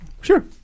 Sure